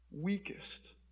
Weakest